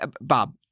Bob